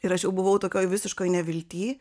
ir aš jau buvau tokioj visiškoj nevilty